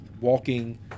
walking